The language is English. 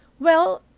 well,